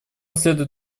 следует